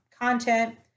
content